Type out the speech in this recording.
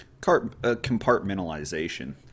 Compartmentalization